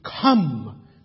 come